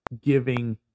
giving